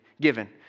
given